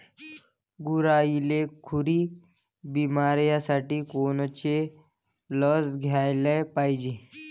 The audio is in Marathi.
गुरांइले खुरी बिमारीसाठी कोनची लस द्याले पायजे?